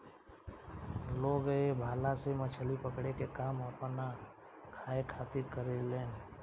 लोग ए भाला से मछली पकड़े के काम आपना खाए खातिर करेलेन